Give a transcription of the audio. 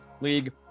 League